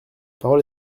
parole